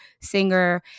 singer